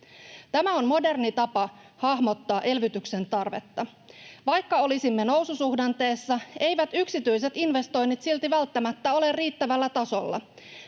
Tämä on moderni tapa hahmottaa elvytyksen tarvetta. Vaikka olisimme noususuhdanteessa, eivät yksityiset investoinnit silti välttämättä ole riittävällä tasolla.